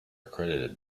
accredited